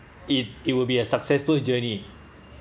it it will be a successful journey